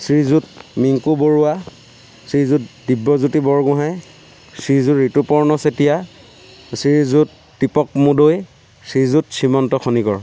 Srijut Minku Baruah Srijut Dibyajyoti Borgohain Srijut Rituparna Chetia Srijut Deepak Mudoi Srijut Shrimanta Khanikar